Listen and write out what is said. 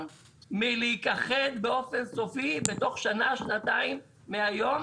מלהיכחד באופן סופי בתוך שנה-שנתיים מהיום,